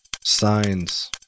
signs